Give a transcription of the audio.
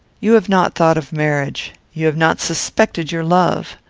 you have not thought of marriage. you have not suspected your love.